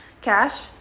Cash